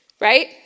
right